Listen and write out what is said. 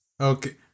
Okay